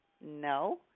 no